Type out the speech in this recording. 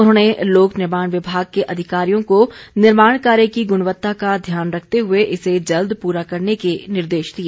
उन्होंने लोक निर्माण विभाग के अधिकारियों को निर्माण कार्य की गुणवत्ता का ध्यान रखते हुए इसे जल्द पूरा करने के निर्देश दिए